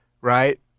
right